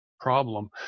problem